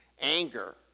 Anger